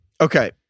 Okay